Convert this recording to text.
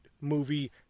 movie